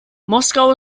moskau